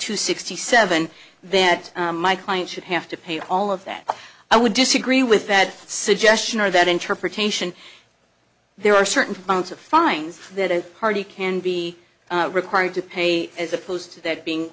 to sixty seven that my client should have to pay all of that i would disagree with that suggestion or that interpretation there are certain amounts of fines that a party can be required to pay as opposed to that being